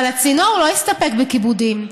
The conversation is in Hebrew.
אבל הצינור לא הסתפק בכיבודים.